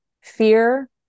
fear